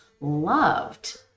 loved